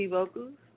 Vocals